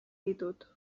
ditut